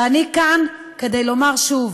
ואני כאן כדי לומר שוב: